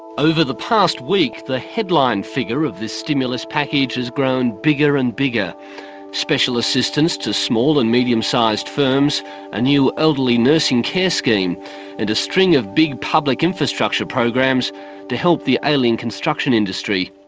over the past week, the headline figure of this stimulus package has grown bigger and bigger special assistance to small and medium-sized firms a new elderly nursing care scheme and a string of big public infrastructure programs to help the ailing construction industry.